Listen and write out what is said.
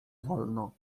wolno